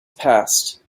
passed